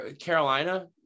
Carolina